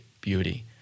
beauty